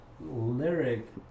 lyric